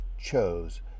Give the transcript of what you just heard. chose